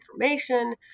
information